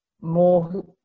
more